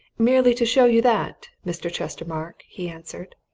merely to show you that, mr. chestermarke, he answered.